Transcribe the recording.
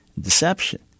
deception